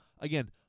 again